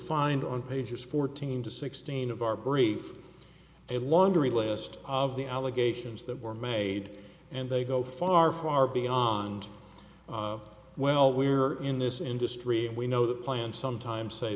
find on pages fourteen to sixteen of our brief a laundry list of the allegations that were made and they go far far beyond of well we are in this industry and we know the plan sometime say